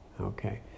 Okay